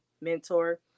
mentor